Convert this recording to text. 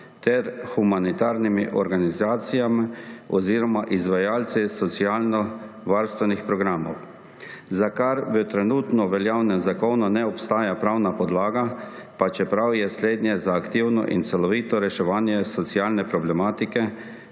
ter humanitarnimi organizacijami oziroma izvajalci socialnovarstvenih programov, za kar v trenutno veljavnem zakonu ne obstaja pravna podlaga, pa čeprav je slednje za aktivno in celovito reševanje socialne problematike